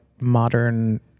modern